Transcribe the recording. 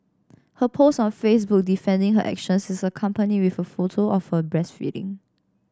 her post on Facebook defending her actions is accompanied with a photo of her breastfeeding